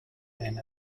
been